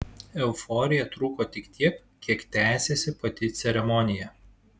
euforija truko tik tiek kiek tęsėsi pati ceremonija